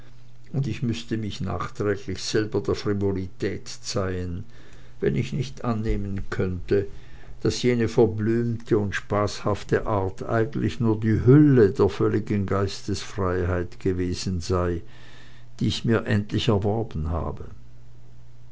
und ich müßte mich nachträglich selber der frivolität zeihen wenn ich nicht annehmen könnte daß jene verblümte und spaßhafte art eigentlich nur die hülle der völligen geistesfreiheit gewesen sei die ich mir endlich erworben habe